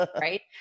right